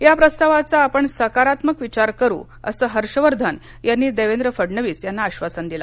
या प्रस्तावाचा आपण सकारात्मक विचार करू असं हर्षवर्धन यांनी देवेंद्र फडणवीस यांना आक्षासन दिलं